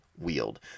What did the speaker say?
wield